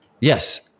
Yes